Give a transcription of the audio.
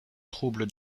trouble